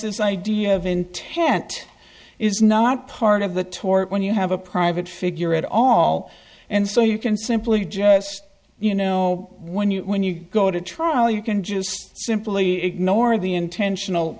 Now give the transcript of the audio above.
this idea of intent is not part of the tort when you have a private figure at all and so you can simply just you know when you when you go to trial you can just simply ignore the intentional